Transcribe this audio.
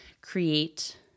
create